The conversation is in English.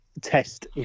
test